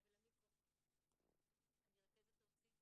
אני רכזת ארצית